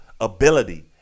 ability